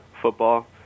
football